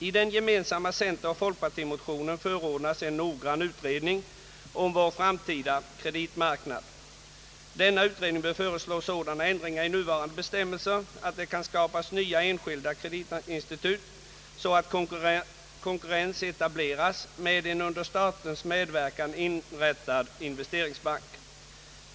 I den gemensamma centeroch folkpartimotionen förordas en noggrann utredning om vår framtida kreditmarknad. Denna utredning bör föreslå sådana ändringar i nuvarande bestämmelser att nya enskilda kreditinstitut kan skapas och konkurrens etableras med en under statens medverkan inrättad investeringsbank.